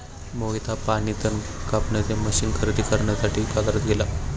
मोहित हा पाणी तण कापण्याचे मशीन खरेदी करण्यासाठी बाजारात गेला